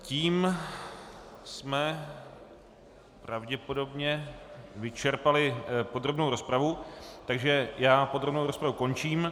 Tím jsme pravděpodobně vyčerpali podrobnou rozpravu, takže já podrobnou rozpravu končím.